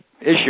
issue